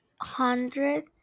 hundred